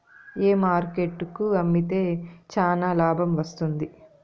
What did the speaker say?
ఏ market కు అమ్మితే చానా లాభం వస్తుంది?